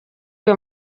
iyo